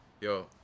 Yo